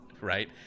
right